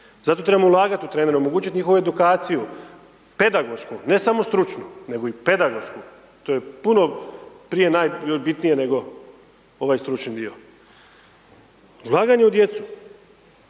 Zato trebamo ulagati u trenere, omogućiti njihovu edukaciju, pedagošku, ne samo stručnu nego i pedagošku, to je puno prije najbitnije nego ovaj stručni dio. Ulaganje u djecu,